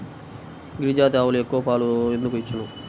గిరిజాతి ఆవులు ఎక్కువ పాలు ఎందుకు ఇచ్చును?